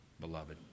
beloved